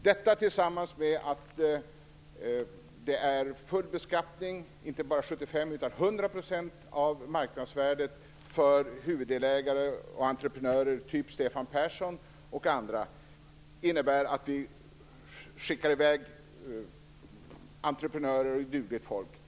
Detta tillsammans med att det är full beskattning, inte bara 75 % utan 100 % av marknadsvärdet för huvuddelägare och entreprenörer såsom Stefan Persson och andra, innebär att vi skickar iväg entreprenörer och dugligt folk.